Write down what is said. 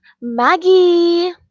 Maggie